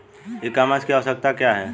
ई कॉमर्स की आवशयक्ता क्या है?